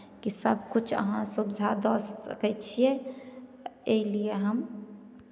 कि सभकिछु अहाँ सुविधा दऽ सकै छियै एहि लिए हम